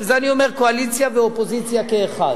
ואת זה אני אומר קואליציה ואופוזיציה כאחד,